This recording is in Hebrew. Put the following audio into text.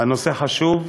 הנושא חשוב,